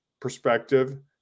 perspective